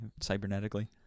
cybernetically